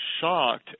shocked